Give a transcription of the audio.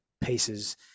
pieces